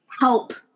help